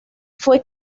fue